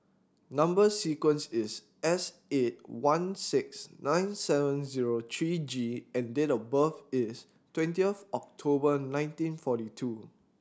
number sequence is S eight one six nine seven zero three G and date of birth is twentieth October nineteen forty two